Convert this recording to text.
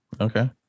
okay